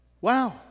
wow